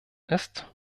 ist